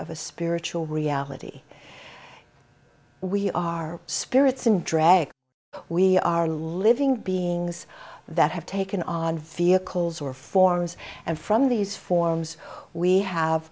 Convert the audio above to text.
of a spiritual reality we are spirits in drag we are living beings that have taken our vehicles or forms and from these forms we have